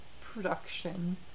production